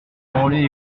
enrôler